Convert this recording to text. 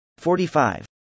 45